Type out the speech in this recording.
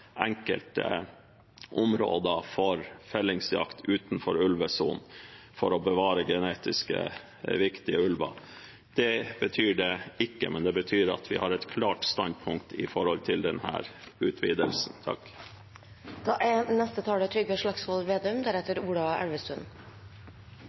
enkelte områder fra fellingsjakt utenfor ulvesonen for å bevare genetisk viktige ulver. Det betyr det ikke, men det betyr at vi har et klart standpunkt når det gjelder denne utvidelsen. Det er